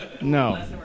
No